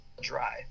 dry